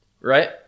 right